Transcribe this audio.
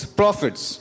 prophets